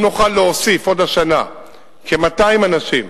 אם נוכל להוסיף עוד השנה כ-200 אנשים,